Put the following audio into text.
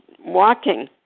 walking